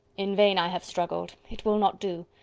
in vain i have struggled. it will not do.